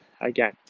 again